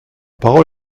parole